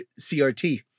crt